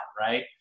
right